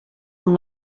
amb